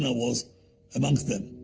and was amongst them,